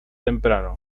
temprano